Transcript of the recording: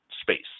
space